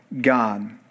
God